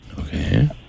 Okay